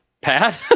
Pat